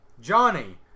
Johnny